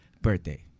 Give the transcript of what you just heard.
Birthday